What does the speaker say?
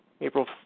April